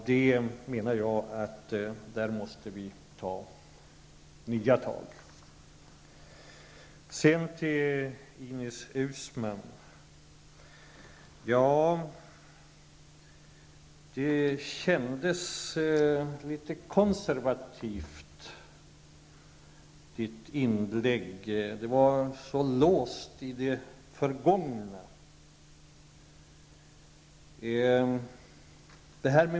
Jag menar att vi därför måste ta nya tag. Ines Uusmanns inlägg kändes litet konservativt. Det var så låst i det förgångna.